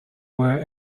were